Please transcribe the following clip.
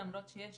למרות שיש